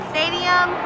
Stadium